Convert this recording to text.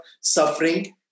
suffering